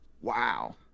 wow